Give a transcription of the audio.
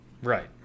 right